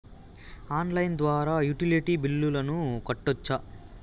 Online ద్వారా utility బిల్లులను కట్టొచ్చా?